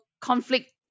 conflict